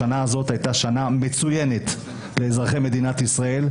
השנה הזאת הייתה שנה מצוינת לאזרחי מדינת ישראל,